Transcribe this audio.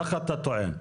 כך אתה טוען.